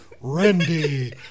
Randy